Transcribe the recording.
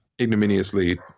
ignominiously